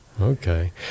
okay